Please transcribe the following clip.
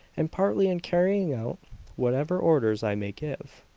and partly in carrying out whatever orders i may give.